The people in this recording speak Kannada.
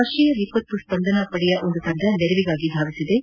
ರಾಷ್ಟೀಯ ವಿಪತ್ತು ಸ್ಪಂದನಪಡೆಯ ಒಂದು ತಂಡ ನೆರವಿಗಾಗಿ ಧಾವಿಸಿದ್ದು